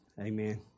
amen